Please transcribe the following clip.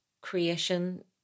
creation